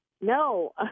No